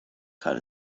cut